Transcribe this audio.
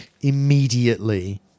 immediately